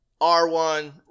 R1